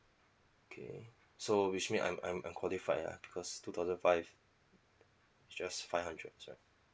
okay so which mean I'm I'm I'm qualified ah because two thousand five just five hundred sorry